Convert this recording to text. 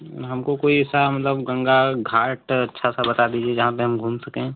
हमको कोई ऐसा मतलब गंगा घाट अच्छा सा बता दीजिए जहाँ पर हम घूम सकें